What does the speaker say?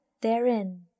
therein